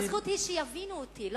הזכות היא שיבינו אותי,